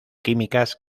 químicas